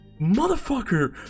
motherfucker